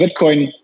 Bitcoin